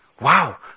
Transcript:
Wow